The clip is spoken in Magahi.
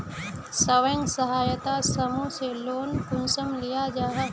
स्वयं सहायता समूह से लोन कुंसम लिया जाहा?